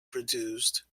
produced